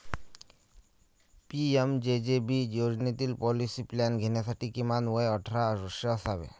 PMJJB योजनेतील policy plan घेण्यासाठी किमान वय अठरा वर्षे असावे